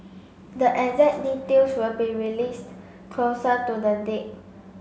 the exact details will be released closer to the date